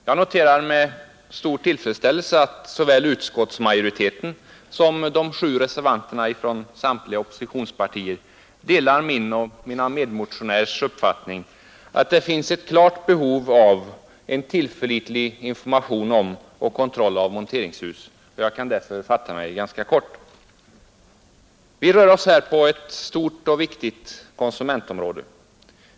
Jag noterar med stor tillfredsställelse att såväl utskottsmajoriteten som de sju reservanterna från samtliga oppositionspartier delar min och mina medmotionärers uppfattning att det finns ett klart behov av tillförlitlig information om och kontroll av monteringsfärdiga hus, och jag kan därför fatta mig ganska kort. Vi rör oss här på ett stort och viktigt konsumentområde.